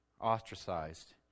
ostracized